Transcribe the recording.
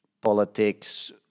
politics